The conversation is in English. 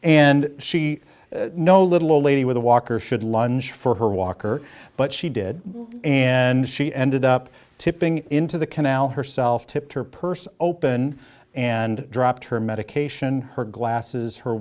and she no little lady with a walker should lunge for her walker but she did and she ended up tipping into the canal herself tipped her purse open and dropped her medication her glasses her